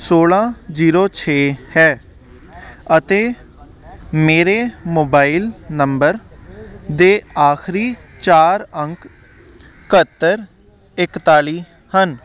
ਸੋਲ੍ਹਾਂ ਜੀਰੋ ਛੇ ਹੈ ਅਤੇ ਮੇਰੇ ਮੋਬਾਇਲ ਨੰਬਰ ਦੇ ਆਖਰੀ ਚਾਰ ਅੰਕ ਇਕੱਹਤਰ ਇਕਤਾਲੀ ਹਨ